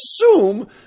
assume